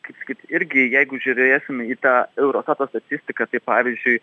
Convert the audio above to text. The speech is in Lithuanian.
kaip sakyt irgi jeigu žiūrėsim į tą eurostato statistiką tai pavyzdžiui